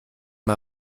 mal